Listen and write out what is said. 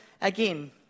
again